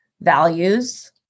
values